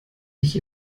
ich